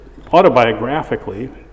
autobiographically